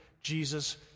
Jesus